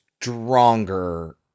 stronger